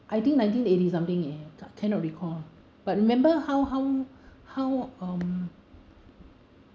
I think nineteen eighty something eh cannot recall but remember how how how um